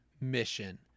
mission